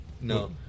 No